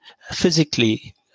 Physically